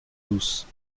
douces